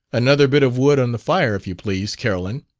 another bit of wood on the fire, if you please, carolyn,